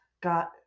got